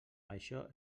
això